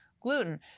gluten